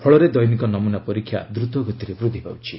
ଫଳରେ ଦୈନିକ ନମ୍ରନା ପରୀକ୍ଷା ଦ୍ରତଗତିରେ ବୃଦ୍ଧି ପାଉଛି